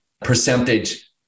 percentage